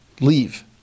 leave